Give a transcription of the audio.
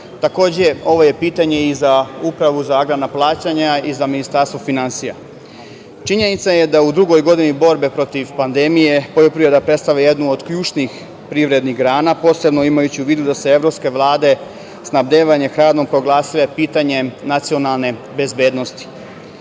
ovo je pitanje i za Upravu za agrarna plaćanja i za Ministarstvo finansija. Činjenica je da u drugoj godini borbe protiv pandemije poljoprivreda predstavlja jednu od ključnih privrednih grana, posebno imajući u vidu da su evropske vlade snabdevanje hranom proglasile pitanjem nacionalne bezbednosti.